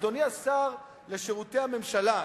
אדוני השר לשירותי הממשלה,